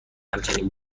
همچنین